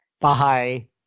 Bye